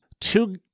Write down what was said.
two